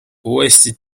uuesti